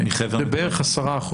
זה בערך 10%,